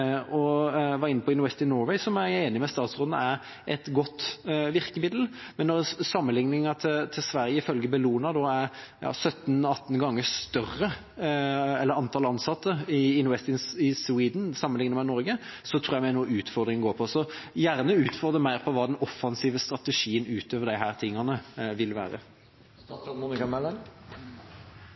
dere. Jeg var inne på Invest in Norway, som jeg er enig med statsråden er et godt virkemiddel. Men til sammenlikning har Sveriges Invest in Sweden, ifølge Bellona, 17–18 ganger flere ansatte sammenliknet med Norges Invest in Norway. Jeg tror det er det noe av utfordringen går på. Jeg vil gjerne utfordre statsråden på hva den offensive strategien utover disse tingene vil være.